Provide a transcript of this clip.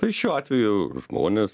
tai šiuo atveju žmonės